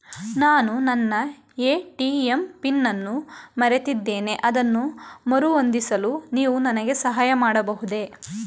ನಾನು ನನ್ನ ATM PIN ಅನ್ನು ಮರೆತಿದ್ದೇನೆ ಅದನ್ನು ಮರುಹೊಂದಿಸಲು ನೀವು ನನಗೆ ಸಹಾಯ ಮಾಡಬಹುದೇ?